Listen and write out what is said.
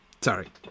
sorry